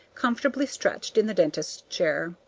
comfortably stretched in the dentist's chair.